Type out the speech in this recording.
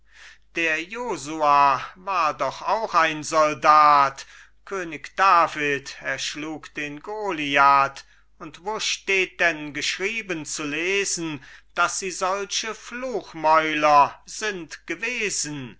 der josua war doch auch ein soldat könig david erschlug den goliath und wo steht denn geschrieben zu lesen daß sie solche fluchmäuler sind gewesen